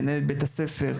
מנהלת בית הספר,